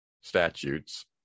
statutes